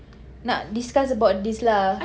nak discuss about this lah